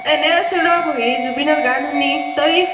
এনেই আছোঁ ৰ বহি জুবিনৰ গান শুনি তই